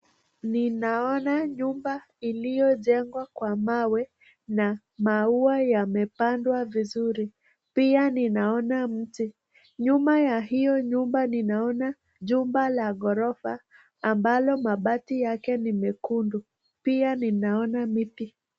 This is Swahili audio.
NInaona nyumba iliyojengwa kwa mawe na maua yamepandwa vizuri pia ninaona miti. Nyuma ya hiyo nyumba ninaona jumba la ghorofa ambalo mabati yake ni Mekundu pia ninaona miti.